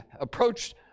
approached